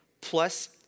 plus